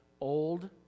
old